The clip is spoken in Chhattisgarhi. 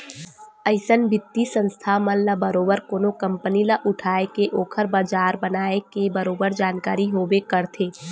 अइसन बित्तीय संस्था मन ल बरोबर कोनो कंपनी ल उठाय के ओखर बजार बनाए के बरोबर जानकारी होबे करथे